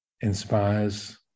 inspires